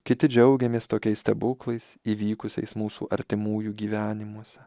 kiti džiaugiamės tokiais stebuklais įvykusiais mūsų artimųjų gyvenimuose